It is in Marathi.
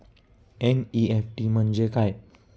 एन.इ.एफ.टी म्हणजे काय?